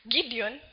Gideon